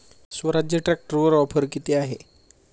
स्वराज्य ट्रॅक्टरवर ऑफर किती आहे?